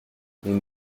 nous